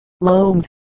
loaned